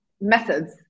Methods